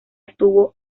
estuvo